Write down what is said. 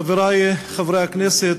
חברי חברי הכנסת,